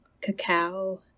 cacao